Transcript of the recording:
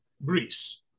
breeze